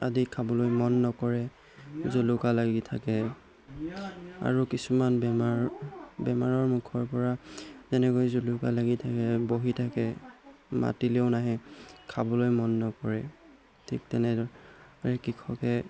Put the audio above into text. আদি খাবলৈ মন নকৰে জলকা লাগি থাকে আৰু কিছুমান বেমাৰ বেমাৰৰ মুখৰ পৰা যেনেকৈ জলকা লাগি থাকে বহি থাকে মাতিলেও নাহে খাবলৈ মন নকৰে ঠিক তেনেদৰে কৃষকে